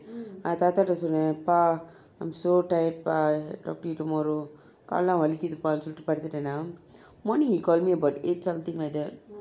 நான் தாத்தாகிட்ட சொனேன்:naan thathakita sonaen pa I'm so tired pa talk to you tomorrow கால் வலிகிறது:kaal valikirathu pa சொல்லிவிட்டு படுத்துட்டேன்:solivittu paduthutaen morning he called me about eight something like that